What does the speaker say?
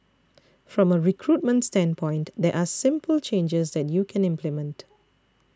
from a recruitment standpoint there are simple changes that you can implement